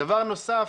דבר נוסף,